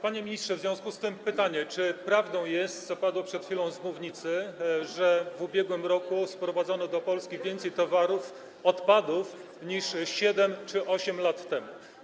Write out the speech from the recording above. Panie ministrze, w związku z tym pytanie: Czy prawdą jest to, co padło przed chwilą z mównicy, że w ubiegłym roku sprowadzono do Polski więcej odpadów niż 7 czy 8 lat temu?